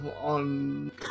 on